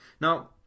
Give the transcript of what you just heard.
Now